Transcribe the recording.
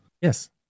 Yes